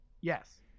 Yes